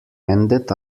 ended